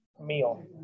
meal